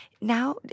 Now